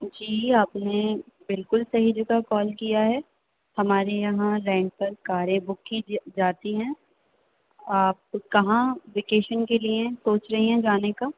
جی آپ نے بالکل صحیح جگہ کال کیا ہے ہمارے یہاں رینٹ پر کاریں بک کی جاتی ہیں آپ کہاں ویکیشن کے لیے سوچ رہی ہیں جانے کا